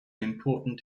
important